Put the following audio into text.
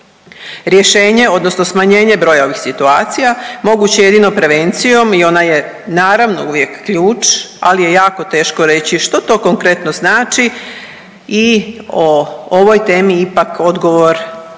Rješenje odnosno smanjenje broja ovih situacija moguće je jedino prevencije i ona je naravno uvijek ključ, ali je jako teško reći što to konkretno znači i o ovoj temi ipak odgovor treba